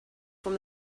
from